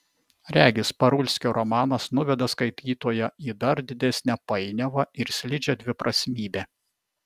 regis parulskio romanas nuveda skaitytoją į dar didesnę painiavą ir slidžią dviprasmybę